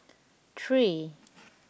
three